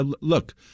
Look